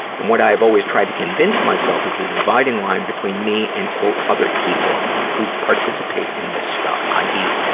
and what i have always tried to convince myself is the dividing line between me and other people who participate in this stuff, i. e.